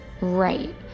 Right